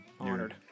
Honored